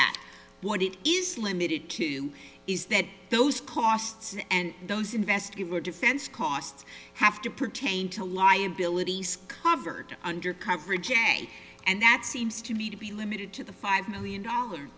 that what it is limited to is that those costs and those investigate for defense costs have to pertain to liabilities covered under coverage area and that seems to me to be limited to the five million dollars